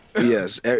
yes